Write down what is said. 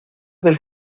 del